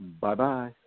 bye-bye